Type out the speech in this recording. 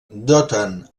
doten